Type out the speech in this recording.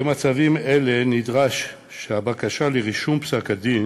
במצבים אלה נדרש שהבקשה לרישום פסק-הדין